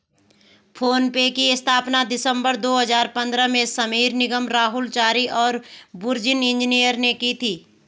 phone पे की स्थापना दिसंबर दो हजार पन्द्रह में समीर निगम, राहुल चारी और बुर्जिन इंजीनियर ने की थी